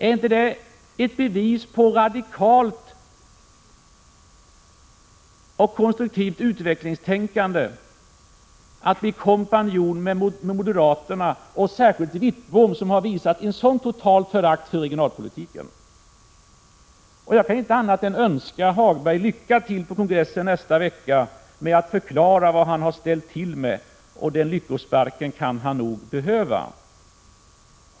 Är det ett bevis på radikalt och konstruktivt utvecklingstänkande att bli kompanjon med moderaterna — och särskilt Wittbom, som har visat ett så totalt förakt för regionalpolitiken? Jag kan inte annat än önska Hagberg lycka till på kongressen nästa vecka när det gäller att förklara vad han har ställt till med. Den lyckosparken kan han nog behöva.